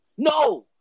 No